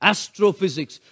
Astrophysics